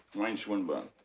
mine's swinburne.